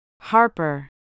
Harper